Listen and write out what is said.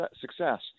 success